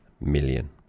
million